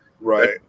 Right